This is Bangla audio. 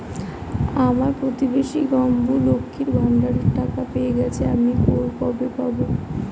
আমার প্রতিবেশী গাঙ্মু, লক্ষ্মীর ভান্ডারের টাকা পেয়ে গেছে, আমি কবে পাব?